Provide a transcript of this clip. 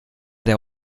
der